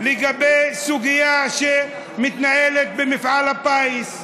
לגבי סוגיה שמתנהלת במפעל הפיס.